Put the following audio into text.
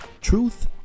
Truth